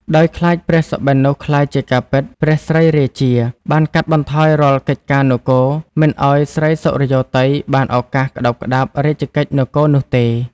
ដោយខ្លាចព្រះសុបិននោះក្លាយជាការពិត ព្រះស្រីរាជា បានកាត់បន្ថយរាល់កិច្ចការនគរ មិនឱ្យស្រីសុរិយោទ័យបានឱកាសក្ដោបក្ដាប់រាជកិច្ចនគរនោះទេ ។